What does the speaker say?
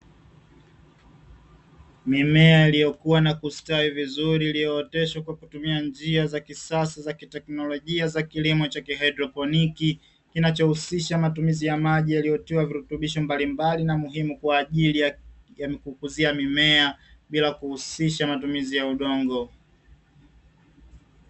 Mimea iliyokuwa na kustawi vizuri iliyooteshwa kwa kutumia njia za kisasa za kiteknolojia za kilimo cha haidroponiki, kinachohusisha matumizi ya maji yaliyotiwa virutubisho mbalimbali, na muhimu kwa ajili ya kukuzia mimea bila kuhusisha matumizi ya udongo.